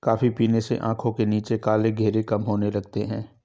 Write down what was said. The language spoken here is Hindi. कॉफी पीने से आंखों के नीचे काले घेरे कम होने लगते हैं